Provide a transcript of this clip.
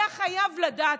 אתה חייב לדעת,